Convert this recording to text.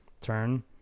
turn